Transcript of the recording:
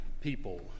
people